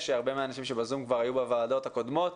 שהרבה מהאנשים שב-זום כבר היו בוועדות הקודמות,